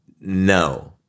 no